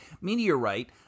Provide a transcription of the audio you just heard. meteorite